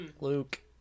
Luke